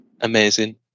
amazing